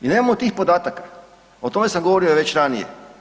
I nemamo tih podataka, o tome sam govorio već ranije.